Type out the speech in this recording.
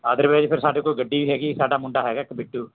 otherwise ਫਿਰ ਸਾਡੇ ਕੋਲ ਗੱਡੀ ਵੀ ਹੈਗੀ ਸਾਡਾ ਮੁੰਡਾ ਹੈਗਾ ਇੱਕ ਬਿੱਟੂ